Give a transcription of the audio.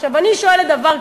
עכשיו, אני שואלת דבר כזה: